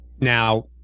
now